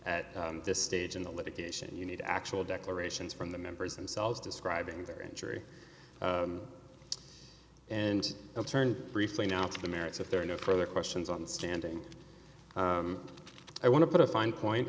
at this stage in the litigation you need actual declarations from the members themselves describing their injury and i'll turn briefly now to the merits if there are no further questions on standing i want to put a fine point